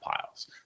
piles